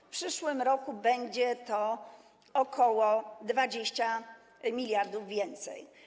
W przyszłym roku będzie to o ok. 20 mld więcej.